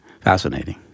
Fascinating